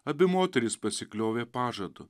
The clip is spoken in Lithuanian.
abi moterys pasikliovė pažadu